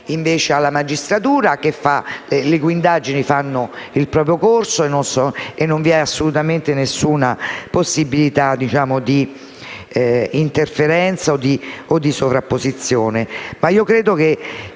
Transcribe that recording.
tutto alla magistratura, le cui indagini faranno il proprio corso senza che vi sia assolutamente alcuna possibilità di interferenza o di sovrapposizione.